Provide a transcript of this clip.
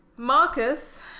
Marcus